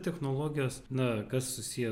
technologijos na kas susiję